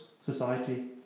society